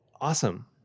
Awesome